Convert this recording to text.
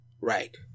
Right